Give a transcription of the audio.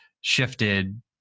shifted